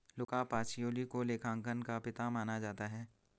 लुका Pacioli को लेखांकन का पिता माना जाता है